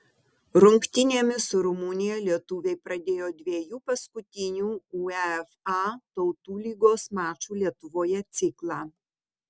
rungtynėmis su rumunija lietuviai pradėjo dviejų paskutinių uefa tautų lygos mačų lietuvoje ciklą